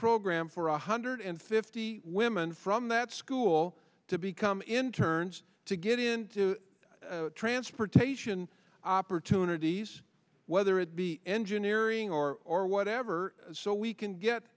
program for one hundred fifty women from that school to become interned to get into transportation opportunities whether it be engineering or or whatever so we can get